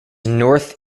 north